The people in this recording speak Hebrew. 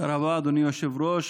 תודה רבה, אדוני היושב-ראש.